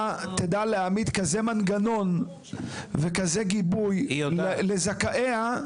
להעמיד כזה מנגנון וכזה גיבוי לזכאיה,